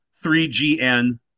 3GN